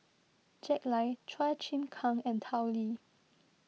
Jack Lai Chua Chim Kang and Tao Li